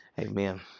amen